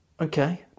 okay